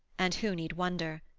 and who need wonder?